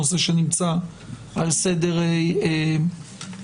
נושא שנמצא על סדר יומנו.